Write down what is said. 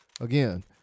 Again